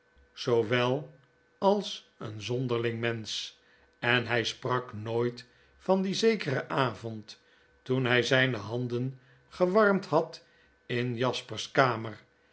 zoowel als een zonderling mensch en hfl sprak nooit van dien zekeren avond toen hy zpe handen gewarmd had in jasper's kamer